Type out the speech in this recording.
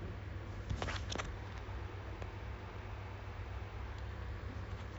um right now kat sini ada renovation my area sini